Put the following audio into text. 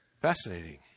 Fascinating